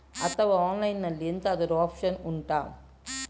ಅಥವಾ ಆನ್ಲೈನ್ ಅಲ್ಲಿ ಎಂತಾದ್ರೂ ಒಪ್ಶನ್ ಉಂಟಾ